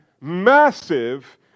massive